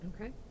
okay